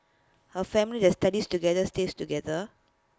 A family that studies together stays together